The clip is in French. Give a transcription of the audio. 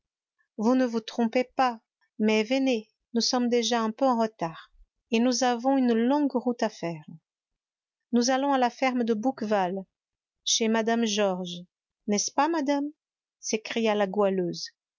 vous ne vous trompez pas mais venez nous sommes déjà un peu en retard et nous avons une longue route à faire nous allons à la ferme de bouqueval chez mme georges n'est-ce pas madame s'écria la goualeuse